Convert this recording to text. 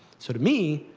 so, to me,